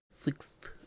Sixth